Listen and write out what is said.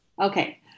Okay